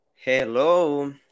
Hello